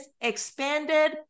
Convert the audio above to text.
Expanded